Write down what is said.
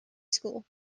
school